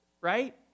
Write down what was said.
right